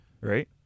right